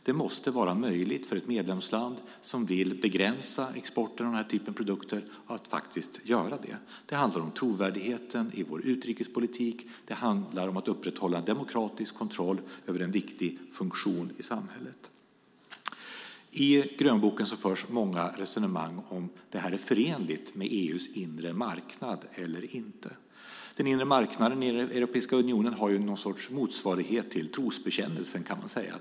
Det måste vara möjligt för ett medlemsland som vill begränsa export av den typen av produkter att faktiskt göra det. Det handlar om trovärdigheten i vår utrikespolitik. Det handlar om att upprätthålla demokratisk kontroll över en viktig funktion i samhället. I grönboken förs många resonemang om det är förenligt med EU:s inre marknad eller inte. Den inre marknaden i Europeiska unionen har någon sorts motsvarighet i trosbekännelsen, kan man säga.